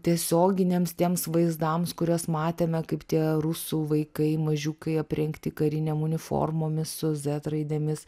tiesioginiams tiems vaizdams kuriuos matėme kaip tie rusų vaikai mažiukai aprengti karinėm uniformomis su z raidėmis